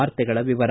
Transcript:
ವಾರ್ತೆಗಳ ವಿವರ